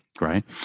right